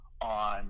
On